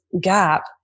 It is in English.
gap